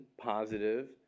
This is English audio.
positive